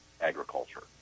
agriculture